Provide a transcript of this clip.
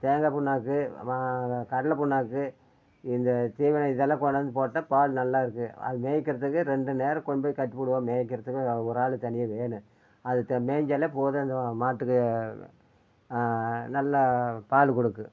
தேங்காய் புண்ணாக்கு மா கடலை புண்ணாக்கு இந்த தீவனம் இதெல்லாம் கொண்டாந்து போட்டா பால் நல்லா இருக்கும் அது மேய்கிறதுக்கு ரெண்டு நேரம் கொண்டு போய் கட்டி போடுவோம் மேய்கிறதுக்கு ஒரு ஆள் தனியாக வேணும் அது மேய்ஞ்சாலே போதும் அந்த மாட்டுக்கு நல்லா பால் கொடுக்கும்